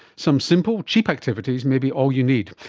some simple, cheap activities may be all you need.